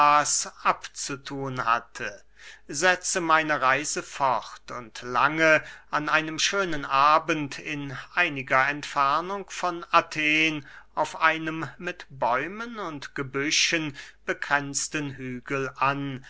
abzuthun hatte setze meine reise fort und lange an einem schönen abend in einiger entfernung von athen auf einem mit bäumen und gebüschen bekränzten hügel an